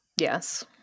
Yes